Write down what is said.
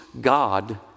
God